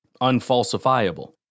unfalsifiable